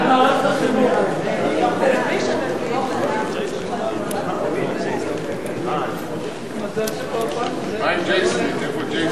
הצעת סיעות מרצ העבודה להביע אי-אמון בממשלה לא נתקבלה.